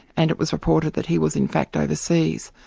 and it was reported that he was in fact overseas.